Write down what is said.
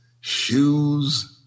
shoes